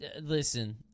Listen